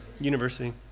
university